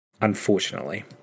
unfortunately